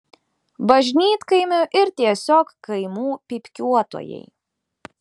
bažnytkaimių ir tiesiog kaimų pypkiuotojai